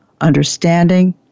understanding